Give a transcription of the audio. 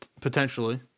Potentially